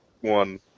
One